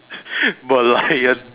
Merlion